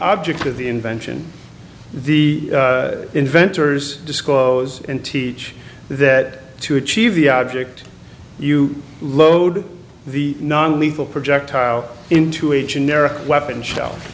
object of the invention the inventors disclose and teach that to achieve the object you load the non lethal projectile into a generic weapon shell